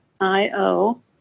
io